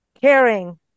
caring